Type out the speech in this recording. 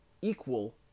equal